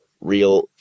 Real